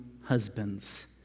husbands